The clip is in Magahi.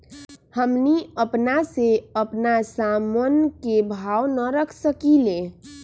हमनी अपना से अपना सामन के भाव न रख सकींले?